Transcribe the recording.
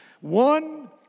One